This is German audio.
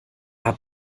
hat